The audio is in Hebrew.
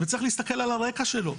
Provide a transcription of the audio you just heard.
וצריך להסתכל על הרקע שלו,